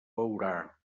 veurà